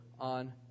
on